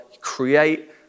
create